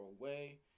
away